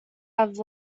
have